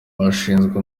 hashinzwe